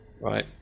right